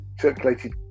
circulated